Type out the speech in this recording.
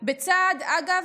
אגב,